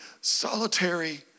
solitary